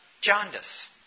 Jaundice